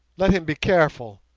let him be careful,